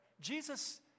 Jesus